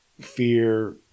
Fear